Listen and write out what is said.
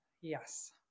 Yes